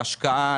להשקעה,